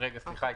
סליחה,